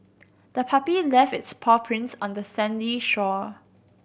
the puppy left its paw prints on the sandy shore